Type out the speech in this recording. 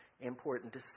important